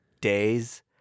days